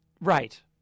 Right